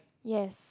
yes